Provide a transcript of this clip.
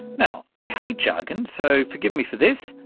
you know i hate jargon, so forgive me for this,